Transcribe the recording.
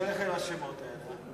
קשה לך עם השמות האלה,